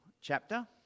chapter